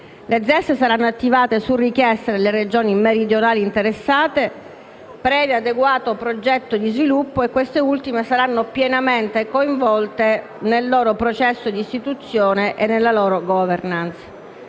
Le ZES saranno attivate su richiesta delle Regioni meridionali interessate, previo adeguato progetto di sviluppo, e queste ultime saranno pienamente coinvolte nel loro processo di istituzione e nella loro *governance*.